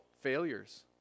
failures